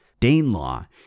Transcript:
Danelaw